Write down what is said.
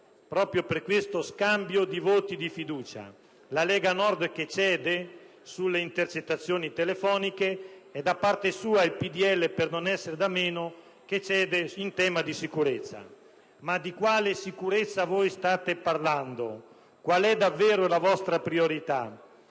proprio per questo scambio di voti di fiducia. La Lega Nord che cede sulle intercettazioni telefoniche e da parte sua, il PdL, per non essere da meno, che cede in tema di sicurezza. Ma di quale sicurezza state parlando? Qual è davvero la vostra priorità?